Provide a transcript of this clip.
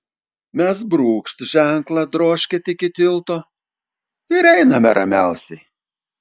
mes brūkšt ženklą drožkit iki tilto ir einame ramiausiai